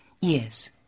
Yes